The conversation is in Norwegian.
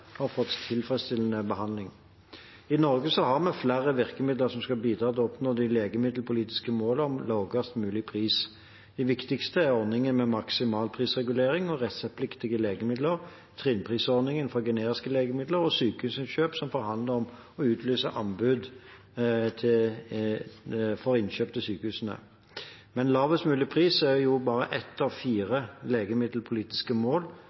har fått tilfredsstillende behandling. I Norge har vi flere virkemidler som skal bidra til å oppnå det legemiddelpolitiske målet om lavest mulig pris. De viktigste er ordningen med maksimalprisregulering av reseptpliktige legemidler, trinnprisordningen for generiske legemidler og Sykehusinnkjøp, som forhandler og utlyser anbud for innkjøp til sykehusene. Lavest mulig pris er bare ett av fire legemiddelpolitiske mål